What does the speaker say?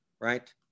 right